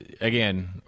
again